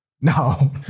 no